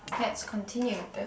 let's continue